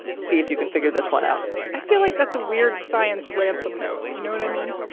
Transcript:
see if you can figure this one out i feel like that's a weird science ransom note. you know what i mean?